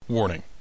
Warning